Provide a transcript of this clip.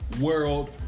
World